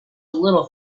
little